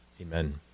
amen